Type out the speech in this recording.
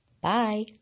Bye